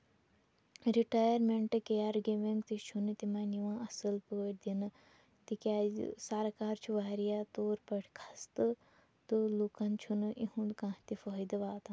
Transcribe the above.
retirement care giving تہِ چھُنہٕ تِمن یِوان اَصٕل پٲٹھۍ دِنہٕ تِکیازِ سرکار چھِ واریاہ طور پٲٹھۍ کھستہٕ تہٕ لُکن چھُنہٕ یِہُند کانہہ تہِ فٲیدٕ واتان